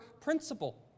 principle